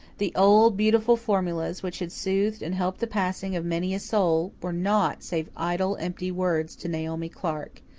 the old, beautiful formulas, which had soothed and helped the passing of many a soul, were naught save idle, empty words to naomi clark.